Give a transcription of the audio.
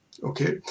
Okay